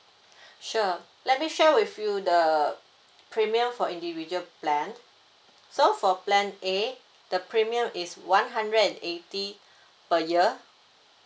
sure let me share with you the premium for individual plan so for plan A the premium is one hundred and eighty per year